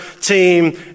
team